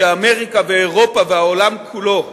כשאמריקה ואירופה והעולם כולו סוער,